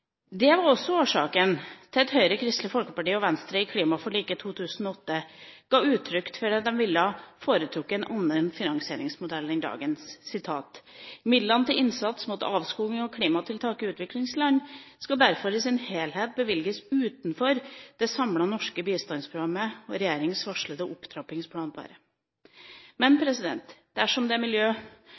Det var også årsaken til at Høyre, Kristelig Folkeparti og Venstre i klimaforliket i 2008 ga uttrykk for at de ville ha foretrukket en annen finansieringsmodell en dagens: «Midlene til innsats mot avskoging og klimatiltak i utviklingsland skal derfor i sin helhet bevilges utenom den samlede norske bistandsrammen og regjeringens varslede opptrapping av denne.» Men dersom det å se miljø